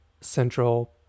central